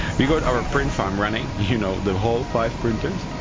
we got our print farm running, you know the whole five printers.